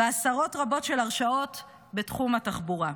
ועשרות רבות של הרשעות בתחום התחבורה.